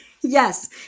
yes